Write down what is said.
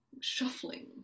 shuffling